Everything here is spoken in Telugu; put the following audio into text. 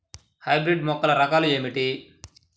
హైబ్రిడ్ మొక్కల రకాలు ఏమిటీ?